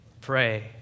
pray